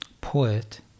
poet